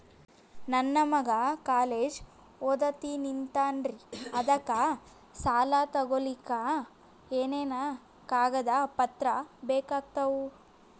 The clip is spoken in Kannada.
ನನ್ನ ಮಗ ಕಾಲೇಜ್ ಓದತಿನಿಂತಾನ್ರಿ ಅದಕ ಸಾಲಾ ತೊಗೊಲಿಕ ಎನೆನ ಕಾಗದ ಪತ್ರ ಬೇಕಾಗ್ತಾವು?